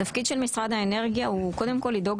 התפקיד של משרד האנרגיה הוא קודם כל לדאוג